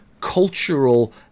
cultural